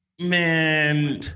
Man